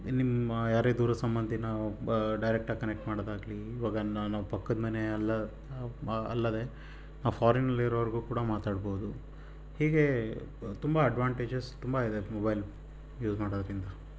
ಇನ್ನು ನಿಮ್ಮ ಯಾರೇ ದೂರದ ಸಂಬಂಧಿನ ಡೈರೆಕ್ಟಾಗಿ ಕನೆಕ್ಟ್ ಮಾಡೋದಾಗಲಿ ಇವಾಗ ನಾನು ಪಕ್ಕದ ಮನೆ ಅಲ್ಲ ಅಲ್ಲದೆ ಫಾರಿನ್ ಅಲ್ಲಿ ಇರೋರ್ಗೂ ಕೂಡ ಮಾತಾಡ್ಬೋದು ಹೀಗೇ ತುಂಬ ಅಡ್ವಾಂಟೇಜಸ್ ತುಂಬ ಇದೆ ಮೊಬೈಲ್ ಯೂಸ್ ಮಾಡೋದರಿಂದ